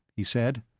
he said.